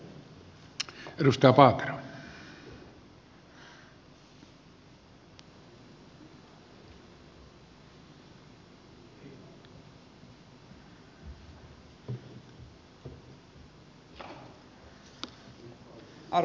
arvoisa herra puhemies